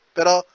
Pero